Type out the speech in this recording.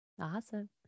Awesome